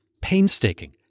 painstaking